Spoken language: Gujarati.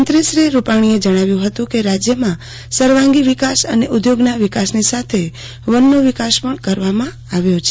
મંત્રીશ્રી રૂપાણીએ જણાવ્યું હતું કે રઆશ્યમાં સંવાંગી વિકાસ અને ઉદ્યોગના વિકાસની સાથે વનનઓ વિકાસ પણ કરવામાં આવ્યો છે